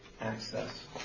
access